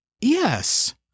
Yes